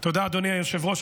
תודה, אדוני היושב-ראש.